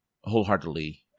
wholeheartedly